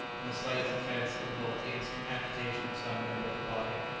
and the slightest offence involved the instant amputation of some member of the body.